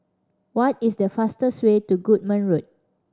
what is the fastest way to Goodman Road